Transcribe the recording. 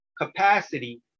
capacity